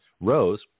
Rose